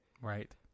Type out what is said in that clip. Right